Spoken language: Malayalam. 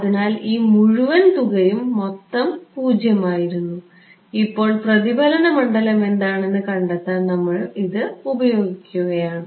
അതിനാൽ ഈ മുഴുവൻ തുകയും മൊത്തം 0 ആയിരുന്നു ഇപ്പോൾ പ്രതിഫലന മണ്ഡലം എന്താണെന്ന് കണ്ടെത്താൻ നമ്മൾ ഇത് ഉപയോഗിക്കുകയാണ്